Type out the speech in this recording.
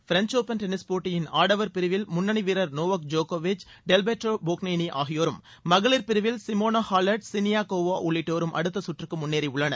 French Open tennis போட்டியின் ஆடவர் பிரிவில் முன்னணி வீரர் நோவக் ஜோகோவிச் டெல்பெட்ரோ போக்னேனி ஆகியோரும் மகளிர் பிரிவில் சிமோனா ஹாலட் சினியா கோவா உள்ளிட்டோரும் அடுத்த சுற்றுக்கு முன்னேறியுள்ளனர்